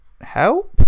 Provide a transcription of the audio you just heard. help